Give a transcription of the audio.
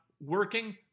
working